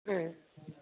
उम